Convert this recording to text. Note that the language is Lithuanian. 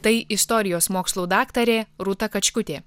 tai istorijos mokslų daktarė rūta kačkutė